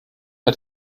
hat